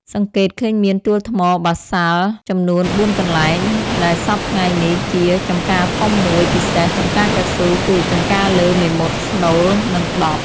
សង្កេតឃើញមានទួលថ្មបាសាល់ចំនួន ៤ កន្លែង ដែលសព្វថ្ងៃនេះ ជា ចំការធំ១ ពិសេស ចំការកៅស៊ូ គឺ ចំការលើ មេមត់ ស្នូល និង ដប់ ។